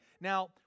Now